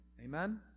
Amen